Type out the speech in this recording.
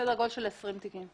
סדר גודל של 20 תיקים.